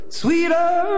sweeter